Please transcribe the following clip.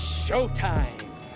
showtime